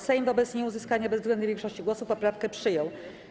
Sejm wobec nieuzyskania bezwzględnej większości głosów poprawkę przyjął.